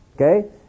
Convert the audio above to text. Okay